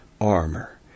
armor